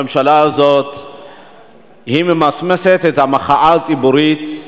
הממשלה הזאת ממסמסת את המחאה הציבורית.